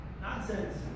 nonsense